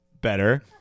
Better